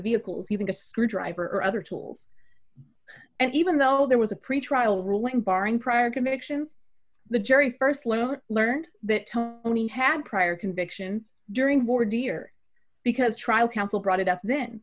vehicles using a screwdriver or other tools and even though there was a pretrial ruling barring prior convictions the jury st lowered learned that only had prior convictions during war dear because trial counsel brought it up then